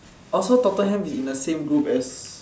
oh so Tottenham is in the same group as